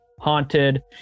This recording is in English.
Haunted